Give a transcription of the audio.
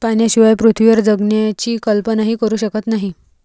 पाण्याशिवाय पृथ्वीवर जगण्याची कल्पनाही करू शकत नाही